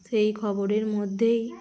সেই খবরের মধ্যেই